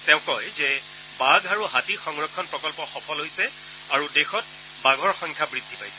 তেওঁ কয় যে বাঘ আৰু হাতী সংৰক্ষণ প্ৰকল্প সফল হৈছে আৰু দেশত বাঘৰ সংখ্যা বৃদ্ধি পাইছে